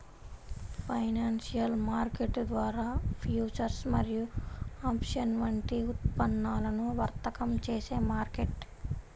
financial market ద్వారా futures మరియు options వంటి ఉత్పన్నాలను వర్తకం చేసే మార్కెట్